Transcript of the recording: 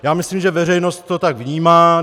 Já myslím, že veřejnost to tak vnímá.